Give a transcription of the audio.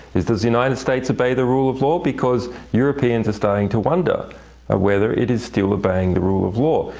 does the united states obey the rule of law? because europeans are starting to wonder ah whether it is still obeying the rule of law?